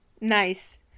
nice